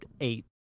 eight